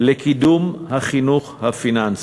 לקידום החינוך הפיננסי,